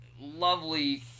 lovely